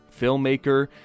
filmmaker